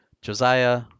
Josiah